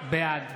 בעד